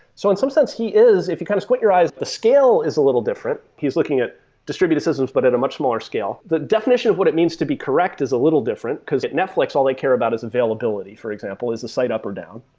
so in some sense, he is, if you kind of squint your eyes, the scale is a little different. he is looking at distributed systems but at a much smaller scale. the definition of what it means to be correct is a little different, because at netflix, all i care about is availability, for example. is the site up or down?